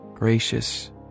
gracious